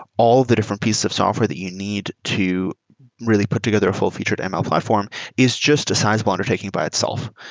all the different pieces of software that you need to really put together a full-featured and ml platform is just a sizable undertaking by itself.